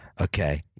Okay